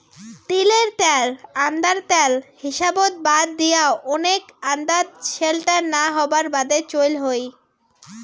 তিলের ত্যাল আন্দার ত্যাল হিসাবত বাদ দিয়াও, ওনেক আন্দাত স্যালটা না হবার বাদে চইল হই